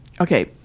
Okay